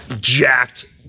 jacked